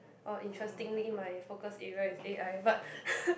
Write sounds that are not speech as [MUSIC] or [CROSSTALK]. oh interestingly my focus area is a_i but [LAUGHS]